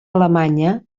alemanya